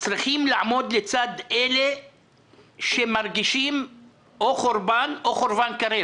צריכים לעמוד לצד אלה שמרגישים או חורבן או חורבן קרב.